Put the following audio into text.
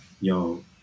yo